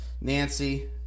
Nancy